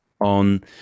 on